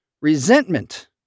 Resentment